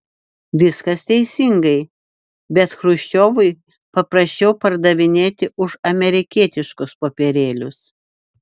viskas teisingai bet chruščiovui paprasčiau pardavinėti už amerikietiškus popierėlius